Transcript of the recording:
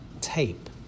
tape